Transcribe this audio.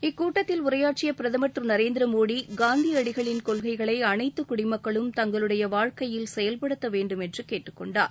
இக்கூட்டத்தில் உரையாற்றிய பிரதமர் திரு நரேந்திர மோடி காந்தியடிகளின் கொள்கைகளை அனைத்து குடிமக்களும் தங்களுடைய வாழ்க்கையில் செயல்படுத்த வேண்டும் என்று கேட்டுக்கொண்டார்